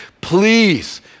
please